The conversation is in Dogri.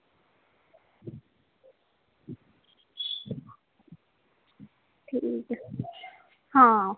ठीक आं